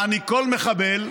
יעני, כל מחבל,